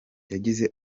yagize